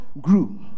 grew